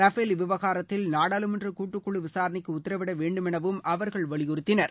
Rafale விவகாரத்தில் நாடாளுமன்ற கூட்டுக்குழு விசாரணைக்கு உத்தரவிட வேண்டுமெனவும் அவர்கள் வலியுறுத்தினர்